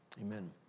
amen